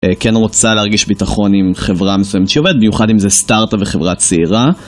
כן רוצה להרגיש ביטחון עם חברה מסוימת שהיא עובדת, במיוחד אם זה סטארט-אפ וחברה צעירה.